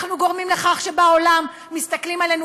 אנחנו גורמים לכך שבעולם מסתכלים עלינו